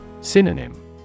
Synonym